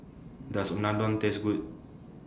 Does Unadon Taste Good